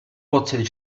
pocit